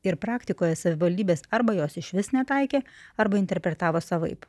ir praktikoje savivaldybės arba jos išvis netaikė arba interpretavo savaip